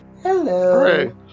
Hello